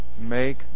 make